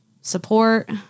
support